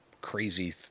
crazy